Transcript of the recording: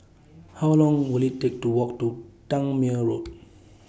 How Long Will IT Take to Walk to Tangmere Road